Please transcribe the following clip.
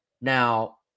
Now